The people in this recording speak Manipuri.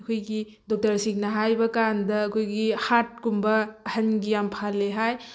ꯑꯩꯈꯣꯏꯒꯤ ꯗꯣꯛꯇꯔꯁꯤꯡꯅ ꯍꯥꯏꯕ ꯀꯥꯟꯗ ꯑꯩꯈꯣꯏꯒꯤ ꯍꯥꯔꯠꯀꯨꯝꯕ ꯑꯍꯜꯒꯤ ꯌꯥꯝ ꯐꯍꯜꯂꯤ ꯍꯥꯏ